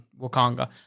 Wakanga